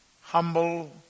humble